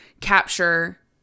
capture